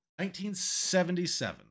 1977